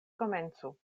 komencu